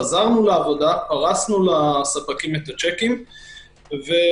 חזרנו לעבודה ופרסנו לספקים את השיקים ופשוט,